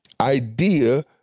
idea